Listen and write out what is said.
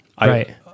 Right